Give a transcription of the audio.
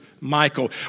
Michael